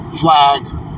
flag